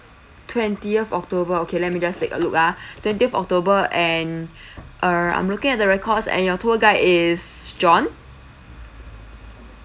twentieth october okay let me just take a look ah twentieth october and err I'm looking at the records and your tour guide is john